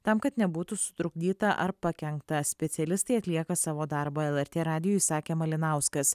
tam kad nebūtų sutrukdyta ar pakenkta specialistai atlieka savo darbą lrt radijui sakė malinauskas